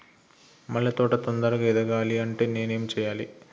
మల్లె తోట తొందరగా ఎదగాలి అంటే నేను ఏం చేయాలి?